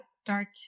start